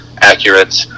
accurate